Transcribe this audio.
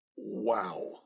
wow